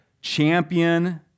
champion